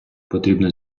потрібно